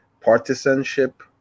partisanship